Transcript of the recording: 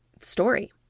story